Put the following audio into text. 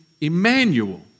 Emmanuel